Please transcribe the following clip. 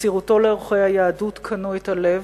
מסירותו לערכי היהדות קנו את הלב,